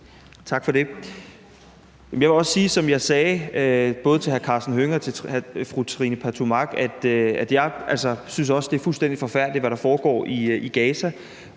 Tak for det. Jeg vil sige, som jeg sagde både til hr. Karsten Hønge og til fru Trine Pertou Mach, at jeg også synes, det er fuldstændig forfærdeligt, hvad der foregår i Gaza,